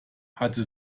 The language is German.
hatte